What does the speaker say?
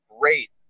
great